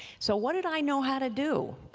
so what did i know how to do?